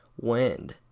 wind